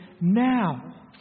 now